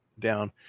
down